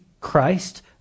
Christ